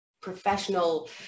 professional